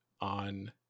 on